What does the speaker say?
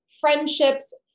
friendships